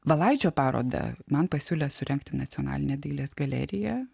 valaičio paroda man pasiūlė surengti nacionalinė dailės galerija